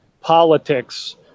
politics